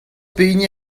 pehini